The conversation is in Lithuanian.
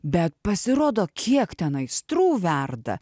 bet pasirodo kiek ten aistrų verda